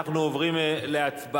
אנחנו עוברים להצבעה,